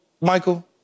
Michael